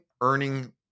earning